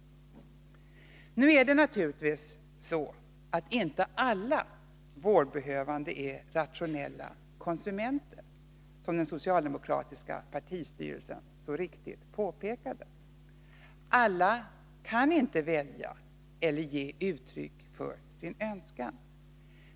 Nu är det naturligtvis så att inte alla vårdbehövande är ratior . !la konsumenter, som den socialdemokratiska partistyrelsen så riktigt p >ekade. Alla kan inte välja eller ge uttryck för sin önskan.